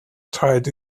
tied